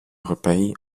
europei